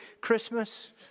Christmas